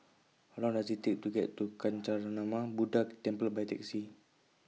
How Long Does IT Take to get to Kancanarama Buddha Temple By Taxi